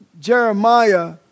Jeremiah